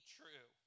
true